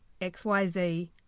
XYZ